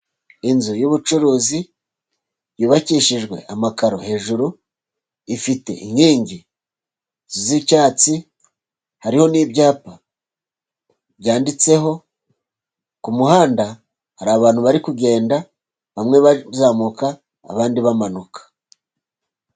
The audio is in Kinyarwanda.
Inzu y'ubucuruzi yubakishijwe amakaro hejuru ifite inkingi z'icyatsi, hariho n'ibyapa byanditseho, ku muhanda hari abantu bari kugenda bamwe bazamuka abandi bamanuka.